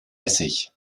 essig